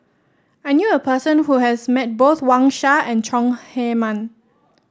I knew a person who has met both Wang Sha and Chong Heman